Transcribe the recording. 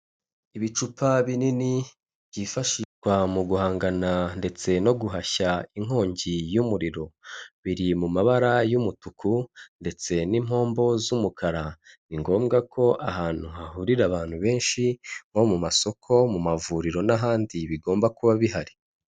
Ibicupa binini byifashishwa mu guhangana ndetse no guhashya inkongi y'umuriro, biri mu mabara y'umutuku ndetse n'impombo z'umukara, ni ngombwa ko ahantu hahurira abantu benshi nko mu masoko, mu mavuriro, n'ahandi bigomba kuba bihari.